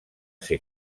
ser